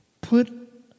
put